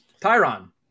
Tyron